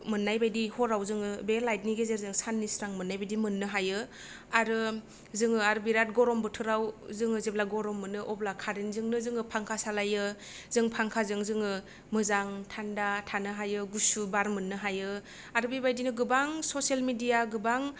मोननाय बायदि हराव जोङो बे लाइटनि गेजेरजों साननि स्रां मोननाय बायदि मोननो हायो आरो जोङो आरो बिराद गरम बोथोराव जोङो जेब्ला गरम मोनो अब्ला कारेन्ट जोंनो जों फांखा सालायो जों फांखा जों जोङो मोजां थान्दा थानो हायो गुसु बार मोननो हायो आरो बे बायदिनो गोबां स'सियेल मिडिया